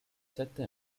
sette